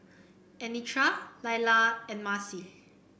Anitra Laila and Maci